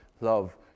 love